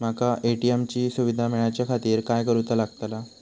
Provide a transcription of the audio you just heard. माका ए.टी.एम ची सुविधा मेलाच्याखातिर काय करूचा लागतला?